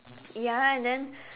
ya and then